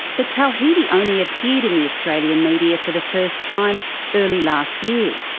but tawhidi only appeared in the australian media for the first time early last year.